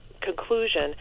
conclusion